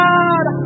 God